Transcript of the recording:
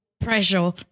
pressure